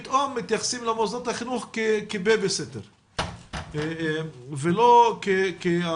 פתאום מתייחסים למוסדות החינוך כבייביסיטר ולא כמוסד